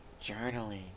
journaling